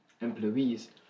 employees